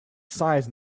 size